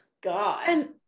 God